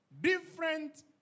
different